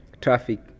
traffic